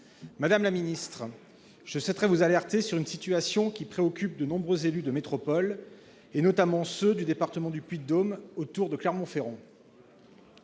Madame la ministre, je souhaiterais vous alerter sur une situation qui préoccupe de nombreux élus de métropoles, notamment ceux du département du Puy-de-Dôme autour de Clermont-Ferrand.